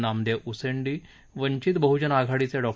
नामदेव उसेंडी वंचित बह्जन आघाडचे डॉ